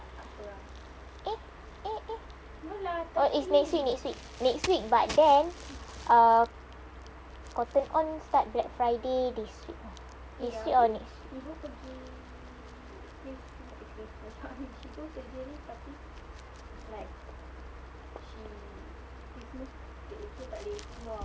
eh eh eh is next week next week but then cotton on start black friday this week or next week